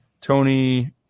Tony